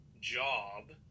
job